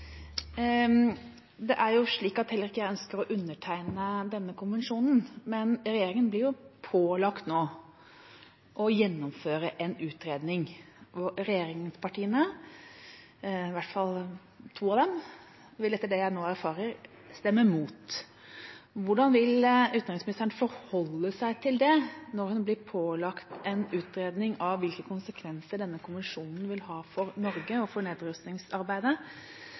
Det er jo slik at heller ikke jeg ønsker å undertegne denne konvensjonen, men regjeringa blir nå pålagt å gjennomføre en utredning, hvor regjeringspartiene, i hvert fall to av dem, etter det jeg nå erfarer, vil stemme imot. Hvordan vil utenriksministeren forholde seg til det – når hun blir pålagt å utrede hvilke konsekvenser denne konvensjonen vil ha for Norge og for nedrustningsarbeidet,